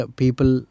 people